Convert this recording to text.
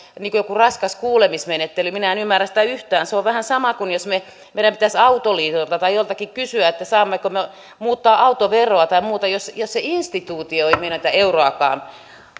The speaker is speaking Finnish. niin kuin joku raskas kuulemismenettely minä en ymmärrä sitä yhtään se on vähän sama kuin jos meidän pitäisi autoliitolta tai joltakin kysyä saammeko me muuttaa autoveroa tai muuta jos jos se instituutio ei menetä euroakaan